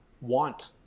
want